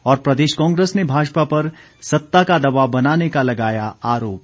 और प्रदेश कांग्रेस ने भाजपा पर सत्ता का दबाव बनाने का लगाया आरोप